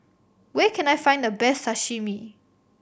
where can I find the best Sashimi